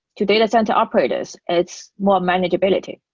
to data center operators, it's more manageability.